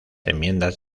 enmiendas